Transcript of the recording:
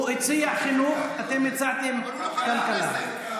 הוא הציע חינוך, אתם הצעתם כלכלה.